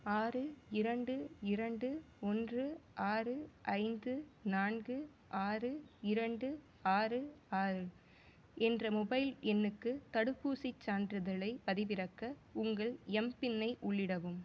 ஆறு இரண்டு இரண்டு ஒன்று ஆறு ஐந்து நான்கு ஆறு இரண்டு ஆறு ஆறு என்ற மொபைல் எண்ணுக்கு தடுப்பூசிச் சான்றிதழை பதிவிறக்க உங்கள் எம் பின்னை உள்ளிடவும்